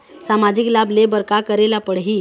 सामाजिक लाभ ले बर का करे ला पड़ही?